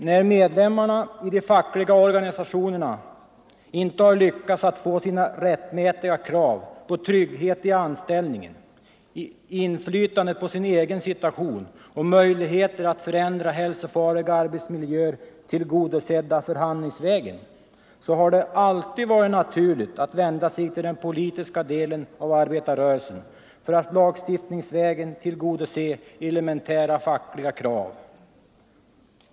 När medlemmarna i de fackliga organisationerna inte har lyckats att förhandlingsvägen få sina rättmätiga krav tillgodosedda, sina krav på trygghet i anställningen, inflytande på sin egen situation och möjligheter att förändra hälsofarliga arbetsmiljöer, har det alltid varit naturligt att vända sig till den politiska delen av arbetarrörelsen för att lagstiftningsvägen tillgodose elementära fackliga krav.